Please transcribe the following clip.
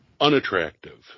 unattractive